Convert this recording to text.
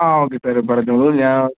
ആ okay sir പറഞ്ഞോളൂ ഞാൻ